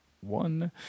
One